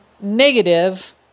negative